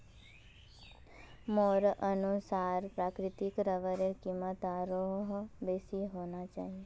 मोर अनुसार प्राकृतिक रबरेर कीमत आरोह बेसी होना चाहिए